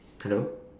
hello